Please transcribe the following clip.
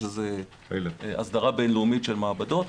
יש איזה הסדרה בינלאומית של מעבדות,